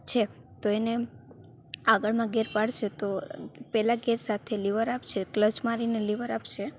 છે તો એને આગળમાં ગેર પાડશે તો પહેલાં ગેર સાથે લીવર આપશે ક્લચ મારીને લીવર આપશે